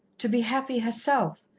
to be happy herself,